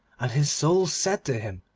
and his soul said to him,